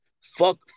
Fuck